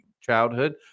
childhood